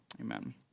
amen